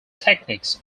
techniques